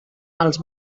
els